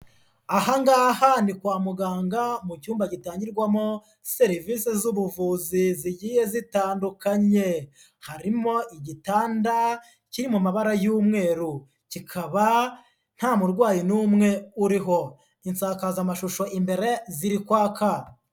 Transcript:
Aha ngaha ni kwa muganga, mu cyumba gitangirwamo serivise z'ubuvuzi zigiye zitandukanye. Harimo igitanda, kiri mu mabara y'umweru. Kikaba ntamurwayi n'umwe uriho. Insakazamashusho imbere, ziri kwaka.